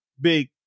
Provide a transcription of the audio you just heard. big